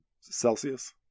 Celsius